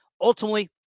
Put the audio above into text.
ultimately